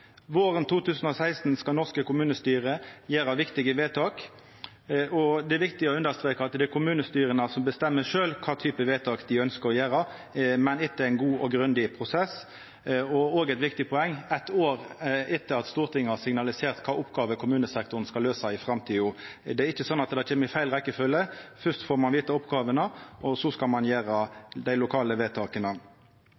Våren 2016 skal norske kommunestyre gjera viktige vedtak, og det er viktig å understreka at det er kommunestyra sjølve som bestemmer kva type vedtak dei ønskjer å gjera, men etter ein god og grundig prosess og – som er eit viktig poeng – eitt år etter at Stortinget har signalisert kva oppgåver kommunesektoren skal løysa i framtida. Det er ikkje slik at dette kjem i feil rekkefølgje. Først får ein vita oppgåvene, og så skal ein gjera